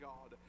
God